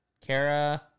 Kara